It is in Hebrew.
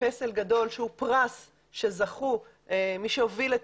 פסל גדול שהוא פרס שזכו מי שהוביל את